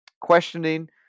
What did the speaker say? questioning